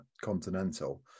continental